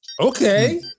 Okay